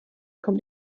kommt